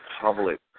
public